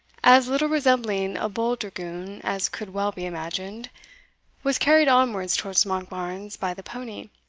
as little resembling a bold dragoon as could well be imagined was carried onwards towards monkbarns by the pony,